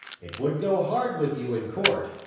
it would go hard with you in court.